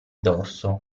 dorso